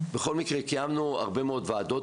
קיימנו הרבה מאוד ועדות.